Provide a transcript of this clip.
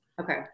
Okay